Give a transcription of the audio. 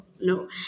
no